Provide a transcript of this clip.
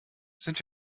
sind